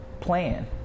plan